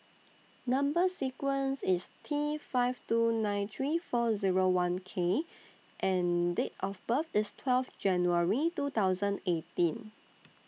Number sequence IS T five two nine three four Zero one K and Date of birth IS twelve January two thousand eighteen